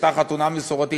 הייתה חתונה מסורתית.